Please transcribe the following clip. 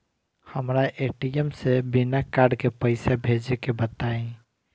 हमरा ए.टी.एम से बिना कार्ड के पईसा भेजे के बताई?